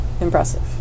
Impressive